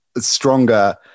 stronger